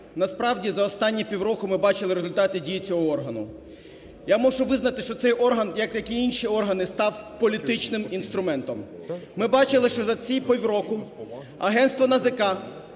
Насправді, за останні півроку ми бачили результати дії цього органу. Я мушу визнати, що цей орган, як і інші органи, став політичним інструментом. Ми бачили, що за ці півроку агентство НАЗК